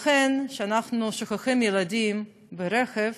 לכן, כשאנחנו שוכחים ילדים ברכב,